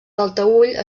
talteüll